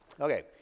okay